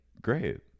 great